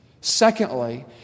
Secondly